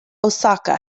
osaka